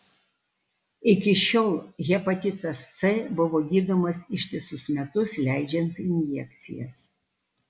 iki šiol hepatitas c buvo gydomas ištisus metus leidžiant injekcijas